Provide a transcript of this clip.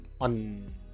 on